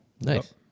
nice